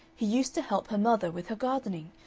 he used to help her mother with her gardening,